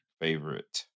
favorite